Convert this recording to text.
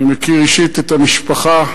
אני מכיר אישית את המשפחה,